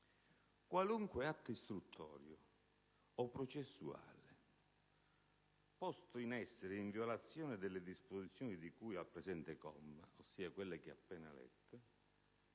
«Qualunque atto istruttorio o processuale posto in essere in violazione delle disposizioni di cui al presente comma» - ossia quelle che ho appena letto